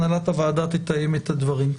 הנהלת הוועדה תתאם את הדברים.